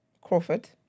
Crawford